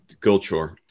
culture